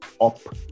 up